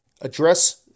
address